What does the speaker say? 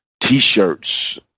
T-shirts